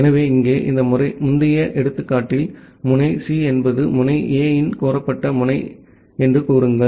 எனவே இங்கே இந்த முந்தைய எடுத்துக்காட்டில் முனை சி என்பது முனை A இன் கோரப்பட்ட முனை என்று கூறுங்கள்